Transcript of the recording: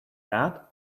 that